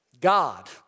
God